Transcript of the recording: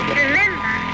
remember